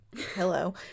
hello